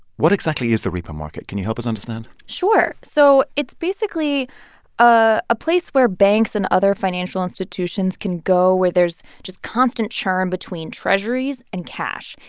what exactly is the repo market? can you help us understand? sure. so it's basically ah a place where banks and other financial institutions can go where there's just constant churn between treasuries and cash,